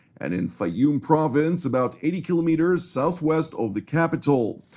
and in so yeah fayoum province, about eighty kilometers southwest of the capital.